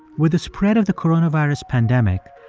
with the spread of the coronavirus pandemic,